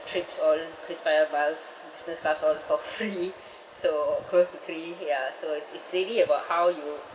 trips all Krisflyer miles business class all for free so close to three ya so it's it's really about how you